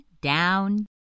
down